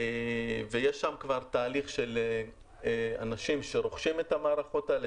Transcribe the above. ויש שם כבר תהליך של אנשים שרוכשים את המערכות האלה,